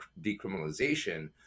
decriminalization